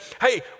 hey